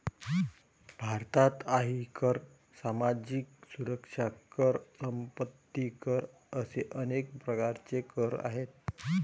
भारतात आयकर, सामाजिक सुरक्षा कर, संपत्ती कर असे अनेक प्रकारचे कर आहेत